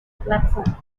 platform